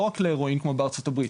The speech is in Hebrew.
לא רק להרואין כמו בארצות הברית,